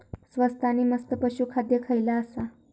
स्वस्त आणि मस्त पशू खाद्य खयला आसा?